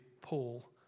Paul